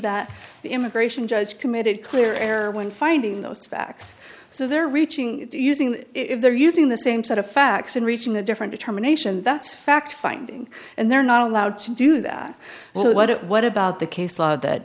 the immigration judge committed clear air when finding those facts so they're reaching using if they're using the same set of facts and reaching the different determination that's a fact finding and they're not allowed to do that so what it what about the case law that